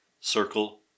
circle